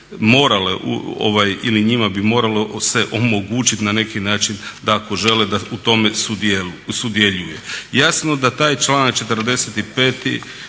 morale ili njima bi moralo se omogućiti na neki način da ako žele da u tome sudjeluju. Jasno da taj članak 45.